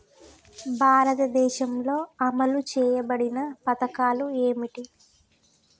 భారతదేశంలో అమలు చేయబడిన పథకాలు ఏమిటి?